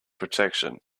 protection